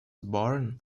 born